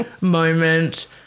moment